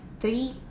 Three